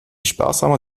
sparsamer